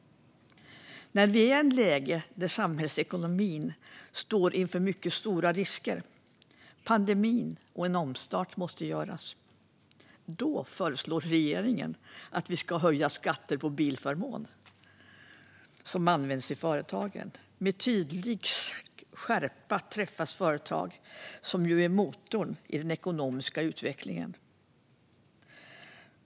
När vi är i ett läge där samhällsekonomin står inför mycket stora risker på grund av pandemin och en omstart måste göras föreslår regeringen att vi ska höja skatten på förmånsbilar. Med tydlig skärpa träffas företag, som ju är motorn i den ekonomiska utvecklingen.